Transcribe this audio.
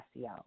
SEO